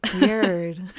weird